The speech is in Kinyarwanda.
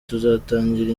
tuzatangira